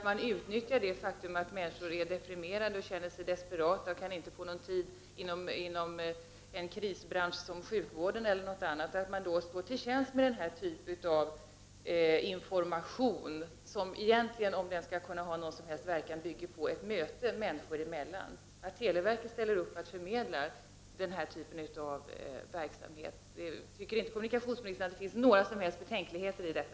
Man utnyttjar det faktum att människor är deprimerade och känner sig desperata och att de inte kan få någon tid inom t.ex. den krisbransch som sjukvården utgör. Om en sådan information skall ha någon som helst verkan fordras ett möte människor emellan. Televerket ställer upp och förmedlar denna typ av verksamhet. Tycker inte kommunikationsministern att det finns betänkligheter i detta?